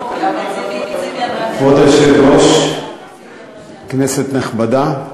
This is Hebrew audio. כבוד היושב-ראש, כנסת נכבדה,